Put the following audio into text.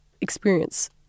experience